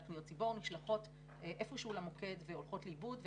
פניות ציבור והן נשלחות איכשהו למוקד והולכות לאיבוד.